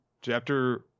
chapter